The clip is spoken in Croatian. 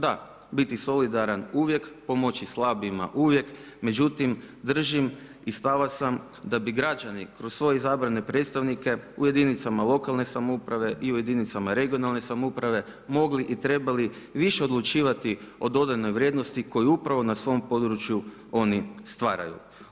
Da, biti solidaran uvijek, pomoći slabijima uvijek, međutim držim i stava sam da bi građani kroz svoje izabrane predstavnice u jedinicama lokalne samouprave i u jedinicama regionalne samouprave mogli i trebali više odlučivati o dodanoj vrijednosti koju upravo na svom području oni stvaraju.